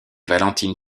valentine